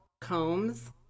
Combs